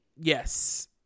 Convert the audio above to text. Yes